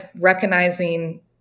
recognizing